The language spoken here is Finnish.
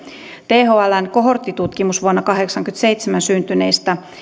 thln kohorttitutkimus vuonna kahdeksankymmentäseitsemän syntyneistä